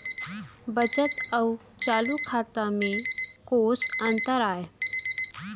बचत अऊ चालू खाता में कोस अंतर आय?